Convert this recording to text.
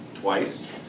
twice